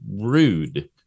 rude